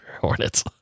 hornets